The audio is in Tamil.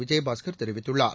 விஜயபாஸ்கர் தெரிவித்துள்ளார்